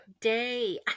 day